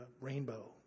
rainbow